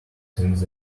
since